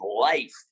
life